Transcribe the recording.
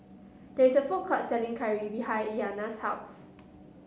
there is a food court selling curry behind Iyanna's house